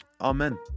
amen